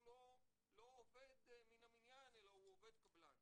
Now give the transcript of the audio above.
לא עובד מן המניין אלא הוא עובד קבלן.